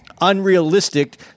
unrealistic